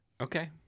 Okay